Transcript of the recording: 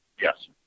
Yes